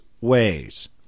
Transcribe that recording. ways